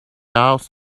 house